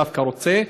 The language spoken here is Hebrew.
דווקא רוצה,